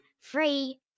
Free